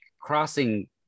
crossing